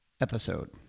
episode